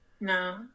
no